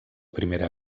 primera